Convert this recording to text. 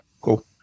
cool